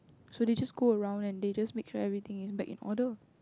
so they just go around and they just make sure everything is back in order